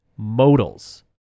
modals